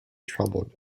troubled